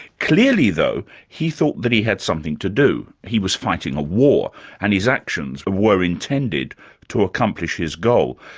clearly though, he thought that he had something to do he was fighting a war and his actions were intended to accomplish his goal.